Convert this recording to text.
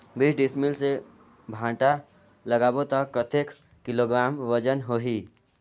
बीस डिसमिल मे भांटा लगाबो ता कतेक किलोग्राम वजन होही?